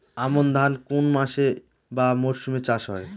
আমন ধান কোন মাসে বা মরশুমে চাষ হয়?